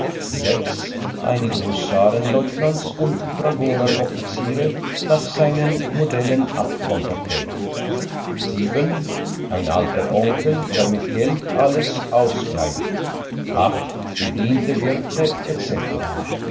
einige husarenleutnants und dragoneroffiziere nach seinen modellen abkonterfeit ein alter onkel der mit geld alles ausgleicht ach bediente